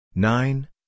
Nine